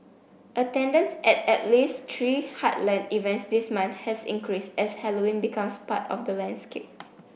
attendance at at least three heartland events this month has increased as Halloween becomes part of the landscape